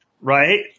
right